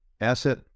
asset